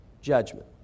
judgment